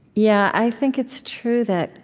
yeah, i think it's true that